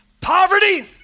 Poverty